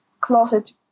closet